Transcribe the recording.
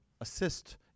assist